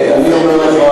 אני אומר לך,